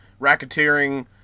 racketeering